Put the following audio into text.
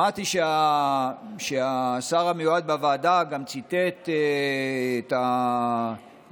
שמעתי שהשר המיועד גם ציטט בוועדה את